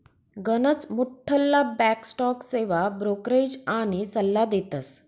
गनच मोठ्ठला bank stock सेवा ब्रोकरेज आनी सल्ला देतस